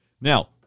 Now